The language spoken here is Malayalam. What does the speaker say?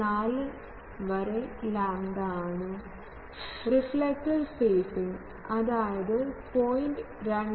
4 വരെ ലാംഡ ആണ് റിഫ്ലക്ടർ സ്പേസിംഗ് അതായത് 0